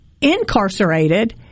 incarcerated